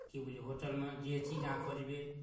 की बुझलियै होटलमे जे चीज अहाँ खोजबै